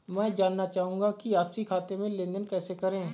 मैं जानना चाहूँगा कि आपसी खाते में लेनदेन कैसे करें?